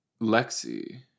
Lexi